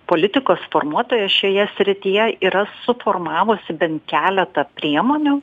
politikos formuotoja šioje srityje yra suformavusi bent keletą priemonių